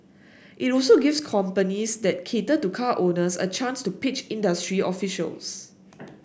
it also gives companies that cater to car owners a chance to pitch industry officials